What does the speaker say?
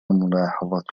ملاحظة